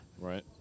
Right